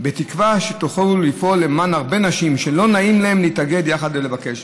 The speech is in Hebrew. בתקווה שתוכלו לפעול למען הרבה נשים שלא נעים להן להתאגד יחד ולבקש.